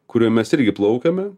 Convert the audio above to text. kurioj mes irgi plaukiame